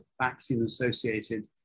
vaccine-associated